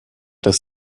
das